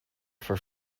for